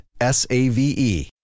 S-A-V-E